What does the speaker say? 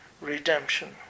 redemption